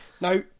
now